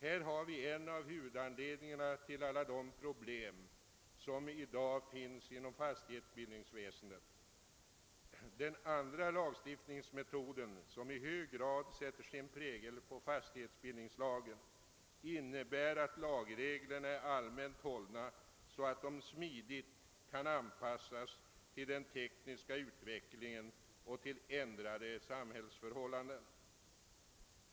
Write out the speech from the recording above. Här har vi en av huvudanledningarna till alla de problem som i dag finns inom fastighetsbildningsväsendet. Den andra lagstiftningsmetoden, som i hög grad sätter sin prägel på fastighetsbildningslagen, innebär att lagreglerna är allmänt hållna så att de smidigt kan anpassas till den tekniska utvecklingen och ändrade samhällsförhållanden.